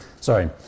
Sorry